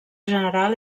general